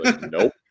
Nope